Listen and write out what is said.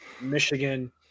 Michigan